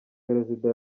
perezida